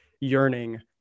yearning